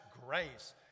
grace